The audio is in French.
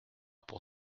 pour